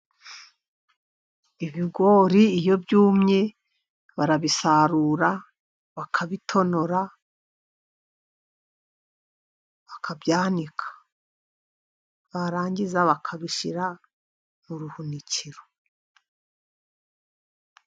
Ibigori iyo byumye barabisarura bakabitonora, bakabyanika, barangiza bakabishyira mu buhunikiro.